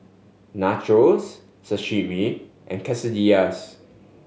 Nachos Sashimi and Quesadillas